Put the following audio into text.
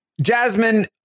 Jasmine